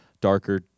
darker